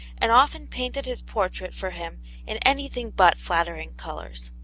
and often painted his portrait for him in anything but flattering colours.